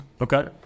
Okay